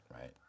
right